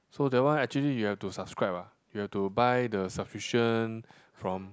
so that one actually you have to subscribe ah you have to buy the subscription from